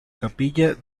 capilla